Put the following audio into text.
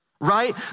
Right